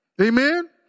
Amen